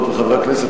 חברות וחברי הכנסת,